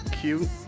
Cute